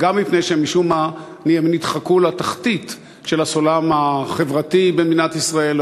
וגם מפני שמשום מה הן נדחקו לתחתית הסולם החברתי במדינת ישראל,